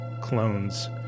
clones